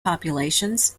populations